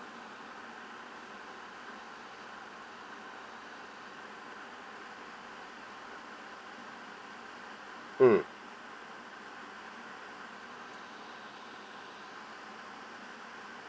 mm